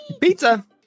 Pizza